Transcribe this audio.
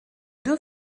deux